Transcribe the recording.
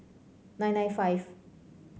nine nine five